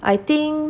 I think